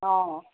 অ